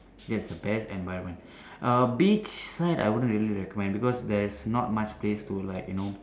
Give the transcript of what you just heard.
yes the best environment uh beach side I wouldn't really recommend because there's not much place to like you know